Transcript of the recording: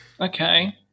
Okay